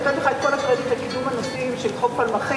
אני נותנת לך את כל הקרדיט לקידום הנושאים של חוף פלמחים,